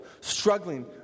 struggling